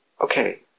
Okay